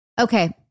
Okay